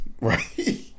right